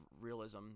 realism